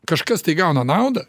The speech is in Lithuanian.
kažkas tai gauna naudą